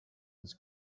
this